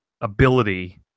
ability